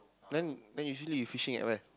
then then usually you fishing at where